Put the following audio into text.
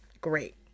great